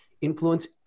influence